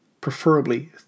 preferably